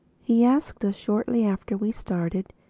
he asked us, shortly after we started,